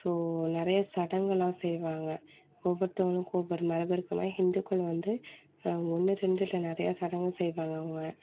so நிறையா சடங்கலாம் செய்வாங்க ஒவ்வொருத்தவங்களுக்கும் ஒவ்வொரு மரபு இருக்குன்னா ஹிந்துக்கள் வந்து ஒன்று ரெண்டு இல்லை நிறையா சடங்கு செய்வாங்க அவங்க